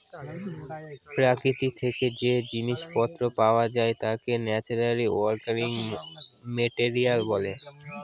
প্রকৃতি থেকে যে জিনিস পত্র পাওয়া যায় তাকে ন্যাচারালি অকারিং মেটেরিয়াল বলে